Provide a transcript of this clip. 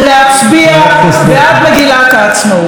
להצביע בעד מגילת העצמאות.